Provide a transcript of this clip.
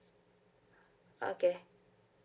okay